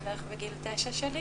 בערך בגיל 9 שלי,